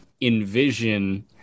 envision